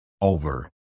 over